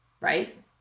right